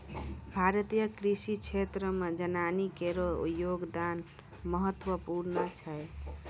भारतीय कृषि क्षेत्रो मे जनानी केरो योगदान महत्वपूर्ण छै